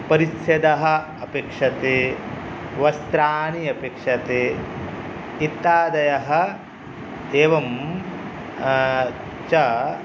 परिसरः अपेक्षते वस्त्राणि अपेक्षते इत्यादयः एवं च